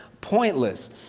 pointless